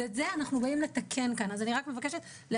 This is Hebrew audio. זה מה שמודל התקצוב עושה אבל בבקשה לא